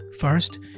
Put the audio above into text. First